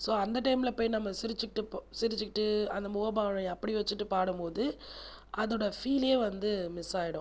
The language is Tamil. ஸோ அந்த டைமில் போய் நம்ம சிரிச்சுகிட்டு இப்போது சிரிச்சுக்கிட்டு அந்த முகபாவனையே அப்படி வச்சுக்கிட்டு பாடும் போது அதோடய பீல்லே வந்து மிஸ் ஆகிடும்